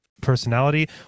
personality